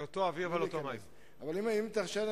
אם תרשה לי,